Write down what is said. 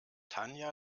tanja